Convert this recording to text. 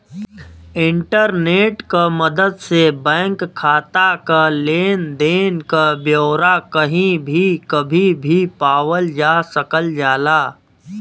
internet क मदद से बैंक खाता क लेन देन क ब्यौरा कही भी कभी भी पावल जा सकल जाला